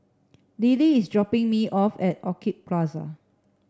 Lily is dropping me off at Orchid Plaza